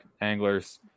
anglers